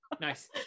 nice